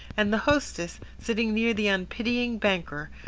and the hostess, sitting near the unpitying banker,